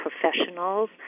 professionals